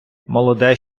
молоде